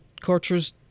cultures